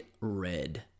red